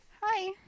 Hi